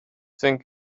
think